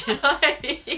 you know what I mean